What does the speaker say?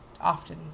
Often